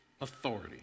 authority